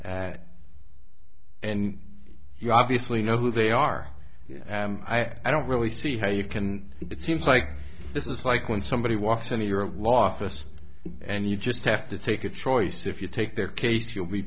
at and you obviously know who they are i don't really see how you can it seems like this is like when somebody walks in your law office and you just have to take a choice if you take their case you'll be